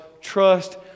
trust